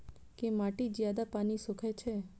केँ माटि जियादा पानि सोखय छै?